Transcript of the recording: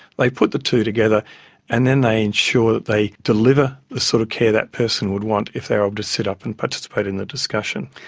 they put the two together and then they ensure that they deliver the sort of care that person would want if they were able to sit up and participate in the discussion.